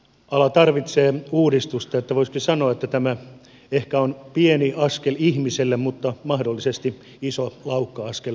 ala tarvitsee uudistusta niin että voisikin sanoa että tämä ehkä on pieni askel ihmiselle mutta mahdollisesti iso laukka askel hevosalalle